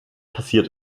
passiert